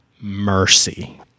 mercy